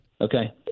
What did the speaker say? Okay